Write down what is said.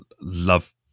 love